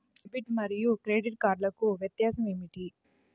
Debit మరియు credit కార్డ్లకు వ్యత్యాసమేమిటీ?